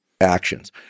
actions